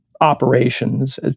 operations